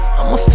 I'ma